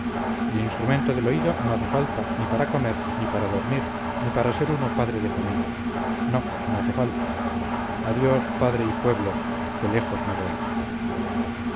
el instrumento del oído no hace falta ni para comer ni para dormir ni para ser uno padre de familia no no hace falta adiós padre y pueblo que lejos me voy